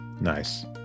Nice